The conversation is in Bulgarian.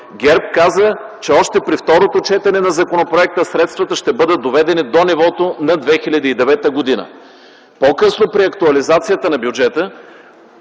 ГЕРБ каза, че още при второто четене на законопроекта средствата ще бъдат доведени до нивото на 2009 г. По-късно при актуализацията на бюджета,